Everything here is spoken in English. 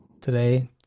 today